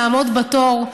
לעמוד בתור.